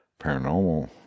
paranormal